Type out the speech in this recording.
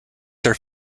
their